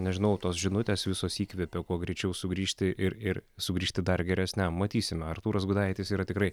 nežinau tos žinutės visos įkvėpė kuo greičiau sugrįžti ir ir sugrįžti dar geresniam matysime artūras gudaitis yra tikrai